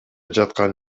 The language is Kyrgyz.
жаткан